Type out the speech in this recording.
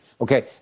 Okay